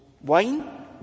wine